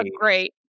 great